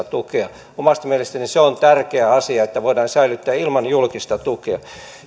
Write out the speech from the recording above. tukea omasta mielestäni se on tärkeä asia että voidaan säilyttää ilman julkista tukea